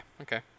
okay